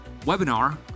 webinar